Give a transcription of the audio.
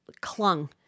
clung